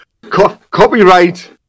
copyright